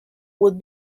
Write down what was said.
would